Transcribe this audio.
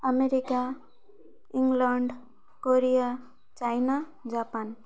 America England Korea China Japan